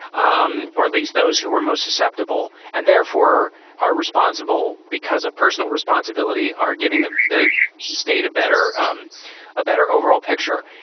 um or at least those who were most susceptible and therefore are responsible because of personal responsibility are giving the the state a a better um a better overall picture.